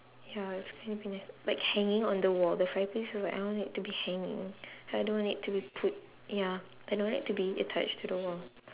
ya it's gonna be nice like hanging on the wall the fireplace look like I want it to be hanging I don't want it to be put ya I don't want it to be attached to the wall